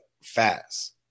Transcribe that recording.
fast